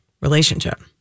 relationship